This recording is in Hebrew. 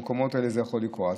במקומות האלה זה יכול לקרות.